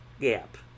gap